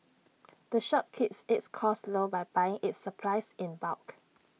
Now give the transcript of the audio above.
the shop keeps its costs low by buying its supplies in bulk